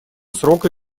срока